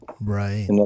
Right